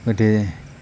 গতিকে